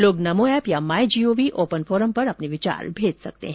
लोग नमो ऐप या My Gov open forum पर अपने विचार साझा कर सकते हैं